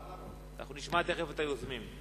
אנחנו נשמע תיכף את היוזמים.